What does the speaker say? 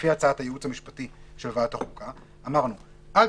לפי הצעת הייעוץ המשפטי של ועדת החוקה אמרנו: עד